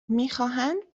میخواهند